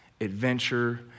adventure